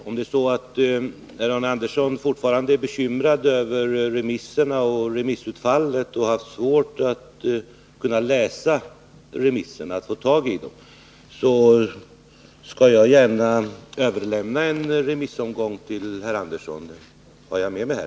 Om det är så att Arne Andersson fortfarande är bekymrad över remisserna och remissutfallet och har haft svårt att få tag i och läsa remisserna, skall jag gärna till herr Andersson överlämna en remissomgång som jag har med mig här.